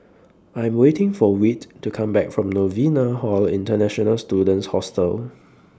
I'm waiting For Whit to Come Back from Novena Hall International Students Hostel